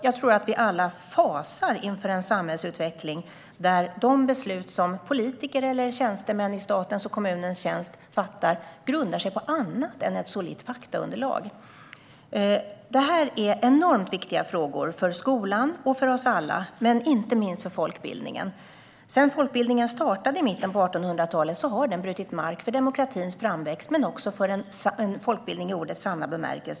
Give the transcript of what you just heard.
Jag tror att vi alla fasar inför en samhällsutveckling där de beslut som politiker eller tjänstemän i statens och kommunens tjänst grundar sig på annat än ett solitt faktaunderlag. Detta är enormt viktiga frågor för skolan och oss alla men inte minst för folkbildningen. Sedan folkbildningen startade i mitten på 1800-talet har den brutit mark för demokratins framväxt men också för en folkbildning i ordets sanna bemärkelse.